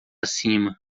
cima